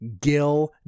Gil